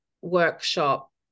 workshop